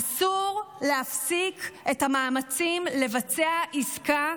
אסור להפסיק את המאמצים לבצע עסקה,